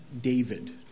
David